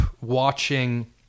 watching